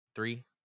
Three